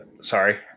Sorry